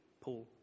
Paul